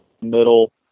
middle